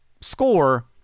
score